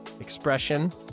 Expression